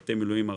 משרתי מילואים.